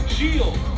Shield